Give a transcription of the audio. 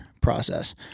process